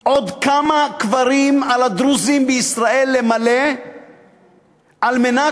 עוד כמה קברים על הדרוזים בישראל למלא על מנת